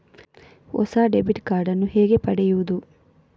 ಹೊಸ debit card ನ್ನು ಹೇಗೆ ಪಡೆಯುದು?